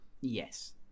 Yes